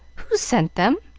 who sent them?